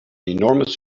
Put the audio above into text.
enormous